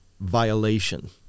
violation